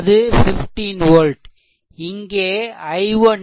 அது 15 volt இங்கே i1 0